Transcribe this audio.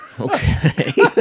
Okay